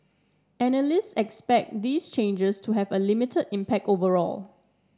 analysts expect these changes to have a limited impact overall